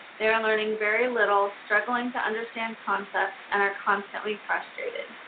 they're learning very little, struggling to understand concepts and are constantly frustrated.